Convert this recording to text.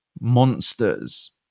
monsters